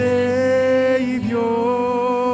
Savior